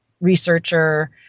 researcher